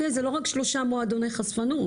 זה לא רק שלושה מועדוני חשפנות.